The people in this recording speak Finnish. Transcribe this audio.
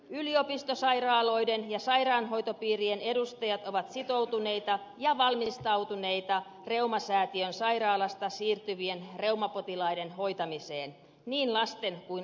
yliopistosairaaloiden ja sairaanhoitopiirien edustajat ovat sitoutuneita ja valmistautuneita reumasäätiön sairaalasta siirtyvien reumapotilaiden hoitamiseen niin lasten kuin aikuistenkin